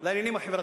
לעניינים החברתיים.